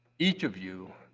each of you,